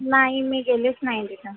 नाही मी गेलेच नाही तिथं